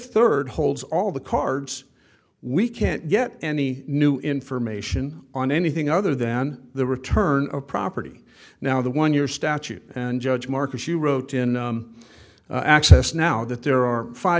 third holds all the cards we can't get any new information on anything other than the return of property now the one year statute and judge marcus you wrote in access now that there are five